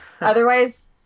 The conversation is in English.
Otherwise